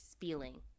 feeling